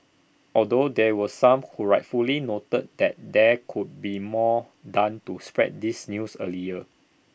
although there were some who rightfully noted that there could be more done to spread this news earlier